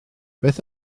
beth